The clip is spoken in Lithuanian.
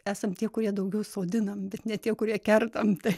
esam tie kurie daugiau sodinam bet ne tie kurie kertam tai